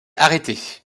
arrêtés